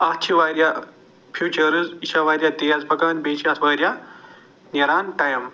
اتھ چھِ وارِیاہ فیٖچٲرٕس یہِ چھِ وارِیاہ تیٖز پکان بیٚیہِ چھِ اتھ وارِیاہ نیران ٹایِم